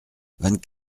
vingt